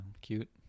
cute